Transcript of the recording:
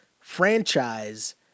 franchise